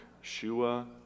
Shua